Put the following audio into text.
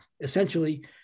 essentially